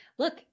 Look